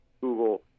Google